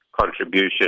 contribution